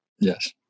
Yes